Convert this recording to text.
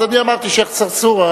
אז אני אמרתי שיח' צרצור.